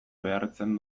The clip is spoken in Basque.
behartzen